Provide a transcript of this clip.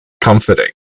comforting